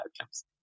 outcomes